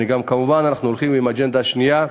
כמובן, אנחנו הולכים גם עם האג'נדה השנייה,